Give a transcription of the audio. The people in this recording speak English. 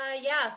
Yes